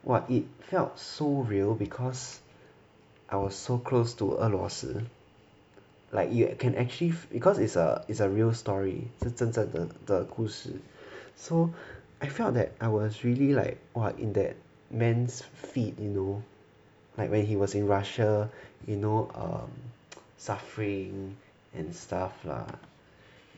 !wah! it felt so real cause I was so close to 俄罗斯 like you can actually cause it's a it's a real story 是真真的的故事 so I felt that I was really like !wah! in that man's feet you know like when he was in Russia you know err suffering and stuff lah